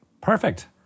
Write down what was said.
Perfect